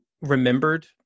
remembered